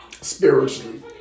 spiritually